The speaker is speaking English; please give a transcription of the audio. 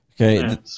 Okay